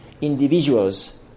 individuals